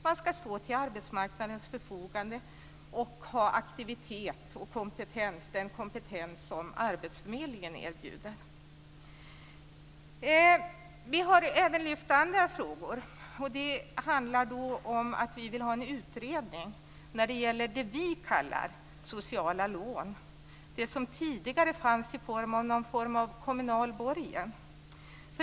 De ska stå till arbetsmarknadens förfogande och kunna utnyttja den aktivitet och kompetens som arbetsförmedlingen erbjuder. Vi har även lyft andra frågor. Vi vill ha en utredning av det vi kallar sociala lån. Det fanns tidigare i form av en kommunal borgen.